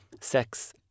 sex